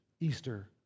Easter